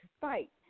fight